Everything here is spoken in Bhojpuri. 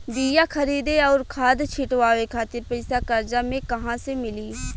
बीया खरीदे आउर खाद छिटवावे खातिर पईसा कर्जा मे कहाँसे मिली?